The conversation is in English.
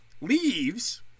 leaves